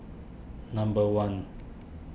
number one